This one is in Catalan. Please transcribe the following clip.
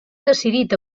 decidit